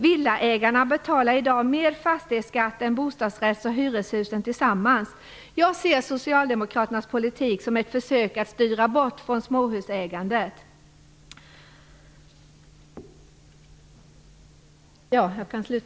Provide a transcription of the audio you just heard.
Villaägarna betalar i dag mer fastighetsskatt än bostadsrätts och hyreshusen tillsammans. Jag ser socialdemokraternas politik som ett försök att styra bort från småhusägandet.